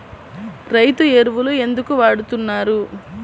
రైతు ఎరువులు ఎందుకు వాడుతున్నారు?